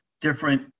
Different